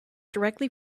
directly